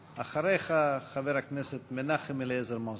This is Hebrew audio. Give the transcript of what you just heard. אחריך, חבר הכנסת מנחם אליעזר מוזס.